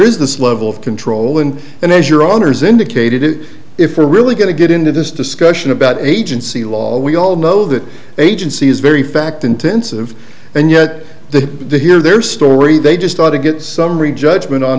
is this level of control and and as your honour's indicated it if we're really going to get into this discussion about agency law we all know that agency is very fact intensive and yet the they hear their story they just ought to get summary judgment on